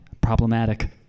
Problematic